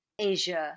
Asia